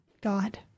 God